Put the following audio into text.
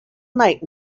night